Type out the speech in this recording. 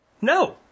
no